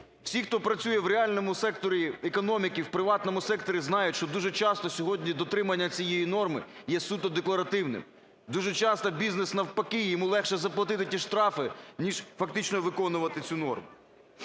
Всі, хто працює в реальному секторі економіки в приватному секторі, знають, що дуже часто сьогодні дотримання цієї норми є суто декларативним. Дуже часто бізнес, навпаки, йому легше заплатити ті штрафи, ніж фактично виконувати цю норму.